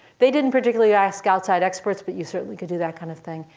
they didn't particularly ask outside experts, but you certainly could do that kind of thing,